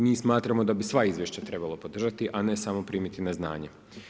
Mi smatramo da bi sva izvješća trebalo podržati a ne samo primiti na znanje.